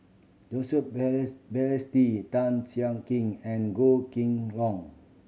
Joseph Balestier Tan Siak Kin and Goh Kheng Long